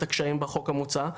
את הקשיים בחוק המוצע,